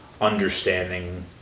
understanding